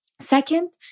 Second